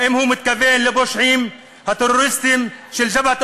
האם הוא מתכוון לפושעים הטרוריסטים של "ג'בהת